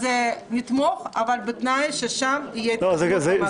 אז נתמוך, אבל בתנאי ששם תהיה התקדמות במקביל.